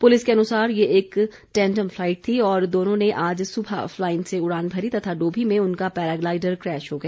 police के अनुसार ये एक टैंडम फ्लाइट थी और दोनों ने आज सुबह फ्लाइन से उड़ान भरी तथा डोभी में उनका पैराग्लाइडर क्रैश हो गया